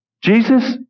Jesus